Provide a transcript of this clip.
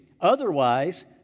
Otherwise